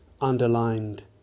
underlined